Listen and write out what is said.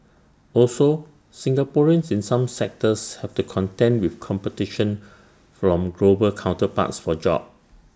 also Singaporeans in some sectors have to contend with competition from global counterparts for jobs